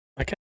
Okay